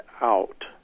out